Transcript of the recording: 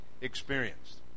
experienced